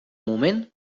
moment